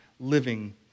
Living